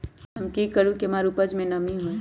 हम की करू की हमार उपज में नमी होए?